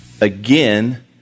Again